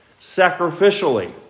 Sacrificially